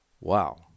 Wow